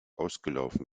ausgelaufen